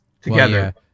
together